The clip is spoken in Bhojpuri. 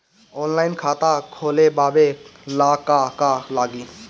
ऑनलाइन खाता खोलबाबे ला का का लागि?